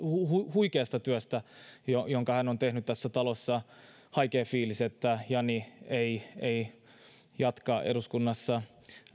huikeasta työstä jonka hän on tehnyt tässä talossa kahdeksan vuoden aikana haikea fiilis että jani ei ei jatka eduskunnassa